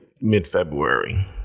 mid-February